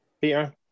Peter